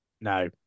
No